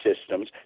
systems